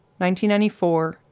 1994